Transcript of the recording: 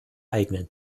eigenen